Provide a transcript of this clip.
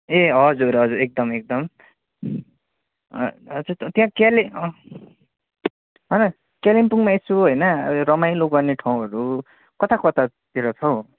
ए हजुर हजुर एकदम एकदम त त्यहाँ क्याले होइन कालिम्पोङमा एक्च्युल होइन रमाइलो गर्ने ठाउँहरू कता कतातिर छ हौ